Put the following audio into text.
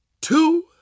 two